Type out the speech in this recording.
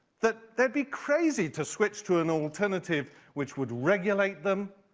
that they'd be crazy to switch to an alternative which would regulate them,